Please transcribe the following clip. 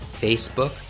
Facebook